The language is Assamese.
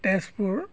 তেজপুৰ